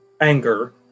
anger